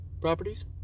properties